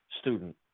student